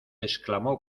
exclamó